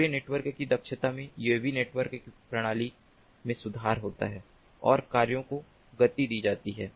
पुरे नेटवर्क की दक्षता में यूएवी नेटवर्क प्रणाली में सुधार होता है और कार्यों को गति दी जा सकती है